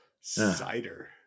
cider